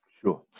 Sure